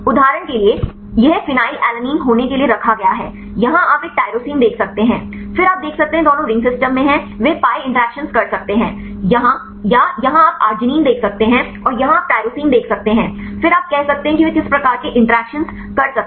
उदाहरण के लिए यह फेनिलएलनिन होने के लिए रखा गया है यहां आप एक टाइरोसिन देख सकते हैं फिर आप देख सकते हैं दोनों रिंग सिस्टम में हैं वे पी आई इंटरैक्शन कर सकते हैं या यहां आप आर्गिनिन देख सकते हैं और यहां आप टाइरोसिन देख सकते हैं फिर आप कह सकते हैं कि वे किस प्रकार के इंटरैक्शन कर सकते हैं